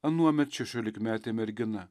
anuomet šešiolikmetė mergina